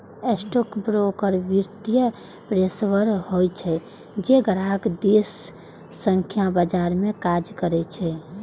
stockbroker वित्तीय पेशेवर होइ छै, जे ग्राहक दिस सं बाजार मे काज करै छै